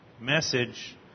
message